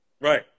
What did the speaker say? Right